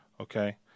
Okay